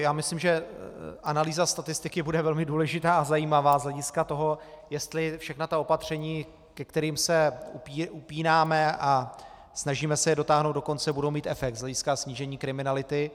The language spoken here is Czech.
Já myslím, že analýza statistiky bude velmi důležitá a zajímavá z hlediska toho, jestli všechna opatření, ke kterým se upínáme a snažíme se je dotáhnout do konce, budou mít efekt z hlediska snížení kriminality.